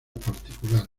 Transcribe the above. particulares